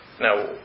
Now